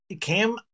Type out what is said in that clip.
Cam